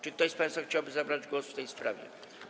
Czy ktoś z państwa chciałby zabrać głos w tej sprawie?